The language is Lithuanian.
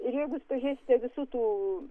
ir jeigu jūs pažiūrėsite visų tų